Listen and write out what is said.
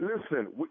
Listen